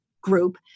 group